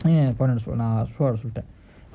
கிட்டசொல்லிட்டேன்:kitta solliten